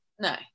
No